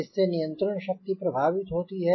इस से नियंत्रण शक्ति प्रभावित होती है